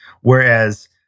Whereas